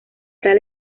tal